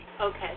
Okay